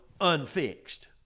unfixed